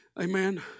Amen